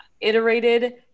iterated